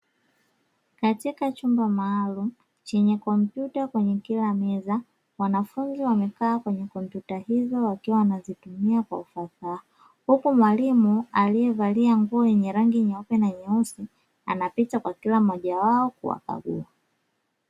Katika chumba maalumu chenye kompyuta kwenye kila meza, wanafunzi wamekaa kwenye kompyuta hizo wakiwa wanazitumia kwa ufasaha, huku mwalimu aliyevalia nguo yenye rangi nyeupe na nyeusi anapita kwa kila mmoja wao kuwakagua.